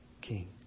king